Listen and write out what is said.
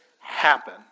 happen